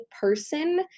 person